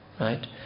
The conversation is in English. Right